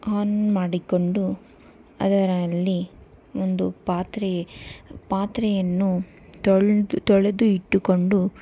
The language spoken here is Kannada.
ಆನ್ ಮಾಡಿಕೊಂಡು ಅದರಲ್ಲಿ ಒಂದು ಪಾತ್ರೆ ಪಾತ್ರೆಯನ್ನು ತೊಳ್ದು ತೊಳೆದು ಇಟ್ಟುಕೊಂಡು